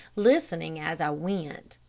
listening as i went.